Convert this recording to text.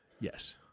Yes